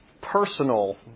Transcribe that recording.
personal